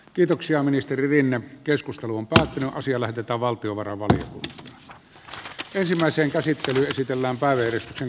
kiitoksia ministeriviin keskusteluun hyvä asia lähetetään valtiovarainvartista ensimmäisen käsittelyn ministeri rinne